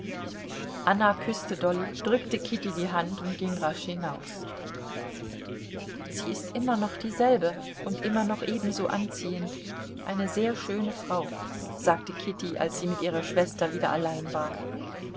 anna küßte dolly drückte kitty die hand und ging rasch hinaus sie ist immer noch dieselbe und immer noch ebenso anziehend eine sehr schöne frau sagte kitty als sie mit ihrer schwester wieder allein war